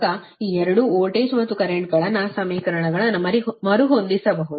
ಆದ್ದರಿಂದ ಈ ಎರಡು ವೋಲ್ಟೇಜ್ ಮತ್ತು ಕರೆಂಟ್ಗಳನ್ನು ಸಮೀಕರಣಗಳನ್ನು ಮರುಹೊಂದಿಸಬಹುದು